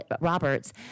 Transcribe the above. Roberts